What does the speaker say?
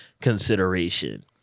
consideration